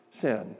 sin